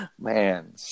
Man